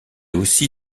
aussi